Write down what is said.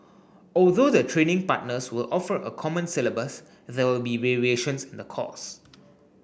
although the training partners will offer a common syllabus there will be variations in the course